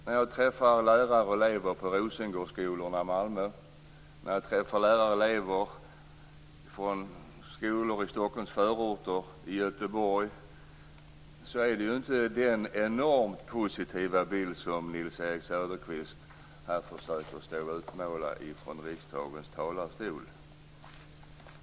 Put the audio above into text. När jag träffar lärare och elever på Rosengårdsskolan i Malmö, när jag träffar lärare och elever från skolor i Stockholms förorter och i Göteborg får jag inte den enormt positiva bild som Nils-Erik Söderqvist här försöker utmåla från riksdagens talarstol.